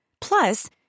Plus